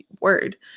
Word